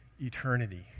eternity